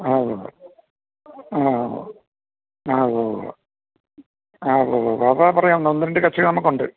ആ ഊവ്വ് ആ ആ ഊവ്വുവ്വ് ആ ഊവ്വുവ്വ് അപ്പോള് പറഞ്ഞാല് ഒന്നുരണ്ടു കക്ഷികള് നമുക്കുണ്ട്